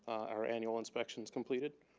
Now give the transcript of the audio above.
our annual inspections completed.